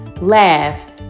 laugh